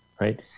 right